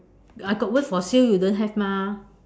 uh I got wait for sale you don't have mah